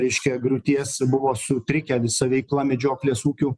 reiškia griūties buvo sutrikę visa veikla medžioklės ūkių